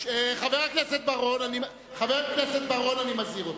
חבר הכנסת בר-און, אני מזהיר אותך.